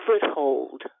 foothold